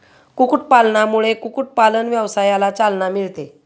कुक्कुटपालनामुळे कुक्कुटपालन व्यवसायाला चालना मिळते